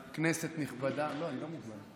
אני לא מוגבל.